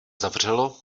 zavřelo